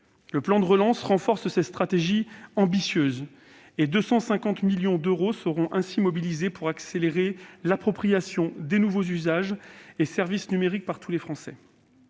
Le plan de relance renforce cette stratégie ambitieuse : 250 millions d'euros seront ainsi mobilisés pour accélérer l'appropriation des nouveaux usages et services numériques par tous les Français.